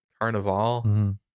carnival